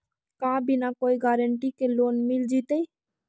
का बिना कोई गारंटी के लोन मिल जीईतै?